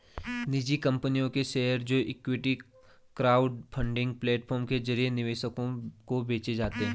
निजी कंपनियों के शेयर जो इक्विटी क्राउडफंडिंग प्लेटफॉर्म के जरिए निवेशकों को बेचे जाते हैं